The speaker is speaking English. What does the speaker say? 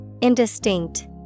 Indistinct